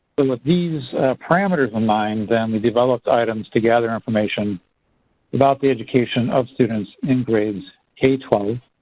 but with these parameters in mind, then we developed items to gather information about the education of students in grades k twelve.